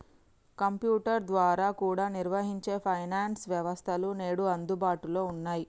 computer ద్వారా కూడా నిర్వహించే ఫైనాన్స్ వ్యవస్థలు నేడు అందుబాటులో ఉన్నయ్యి